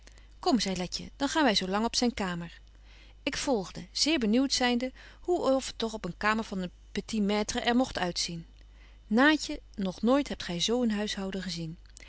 kom zei letje dan gaan wy zo lang op zyn kamer ik volgde zeer benieuwt zynde hoe of het toch op de kamer van een petitmaître er mogt uitzien naatje nooit hebt gy zo een huishouden gezien